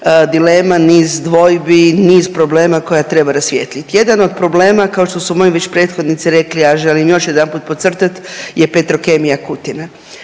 niz dvojbi, niz problema koja treba rasvijetlit. Jedan od problema kao što su već moji prethodnici rekli, a ja želim još jedanput podcrtat je Petrokemija Kutina.